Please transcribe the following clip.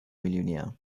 millionär